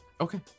Okay